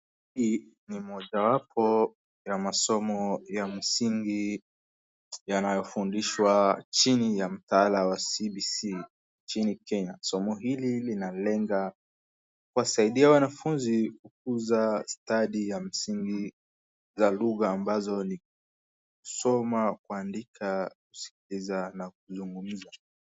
Hii ni mojawapo ya masomo ya msingi yanayofundishwa chini ya mtaala wa CBC nchini Kenya, somo hili lina lenga kuwasaidia wanafunzi kukuza stadi ya msingi za lugha ambazo ni kusoma, kuandika, kusikiza, na kuzungumza.